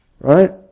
Right